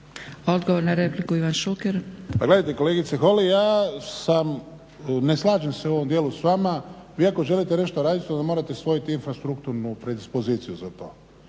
Odgovor na repliku, Ivan Šuker.